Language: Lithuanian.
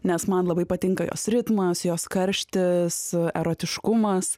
nes man labai patinka jos ritmas jos karštis erotiškumas